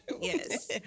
Yes